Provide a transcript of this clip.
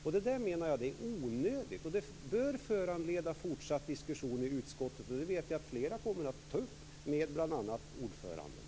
Det där menar jag är onödigt. Det bör föranleda fortsatt diskussion i utskottet, och det vet jag att flera kommer att ta upp, med bl.a. ordföranden.